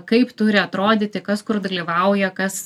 kaip turi atrodyti kas kur dalyvauja kas